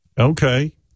okay